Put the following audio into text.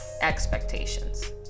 expectations